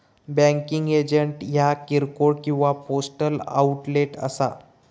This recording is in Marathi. बँकिंग एजंट ह्या किरकोळ किंवा पोस्टल आउटलेट असा